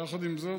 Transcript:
יחד עם זאת,